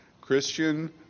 Christian